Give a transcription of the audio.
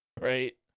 Right